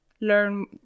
learn